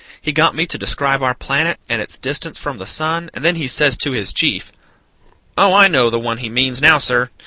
he got me to describe our planet and its distance from the sun, and then he says to his chief oh, i know the one he means, now, sir.